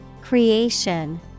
Creation